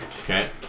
Okay